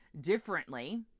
differently